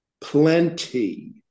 plenty